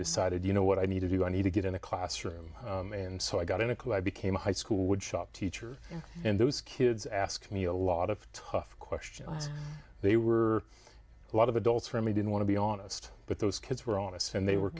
decided you know what i need to do i need to get in the classroom and so i got a nickel i became a high school woodshop teacher and those kids ask me a lot of tough questions they were a lot of adults for me didn't want to be honest but those kids were honest and they were